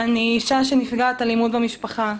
"אני אישה נפגעת אלימות במשפחה.